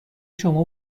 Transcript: شما